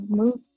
move